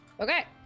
Okay